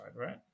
right